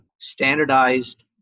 standardized